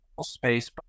space